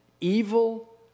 evil